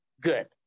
Good